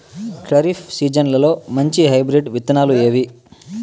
ఖరీఫ్ సీజన్లలో మంచి హైబ్రిడ్ విత్తనాలు ఏవి